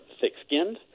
thick-skinned